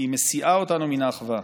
כי היא מסיעה אותנו מן האחווה,